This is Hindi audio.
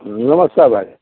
नमस्ते